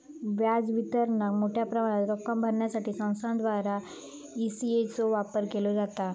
व्याज वितरणाक मोठ्या प्रमाणात रक्कम भरण्यासाठी संस्थांद्वारा ई.सी.एस चो वापर केलो जाता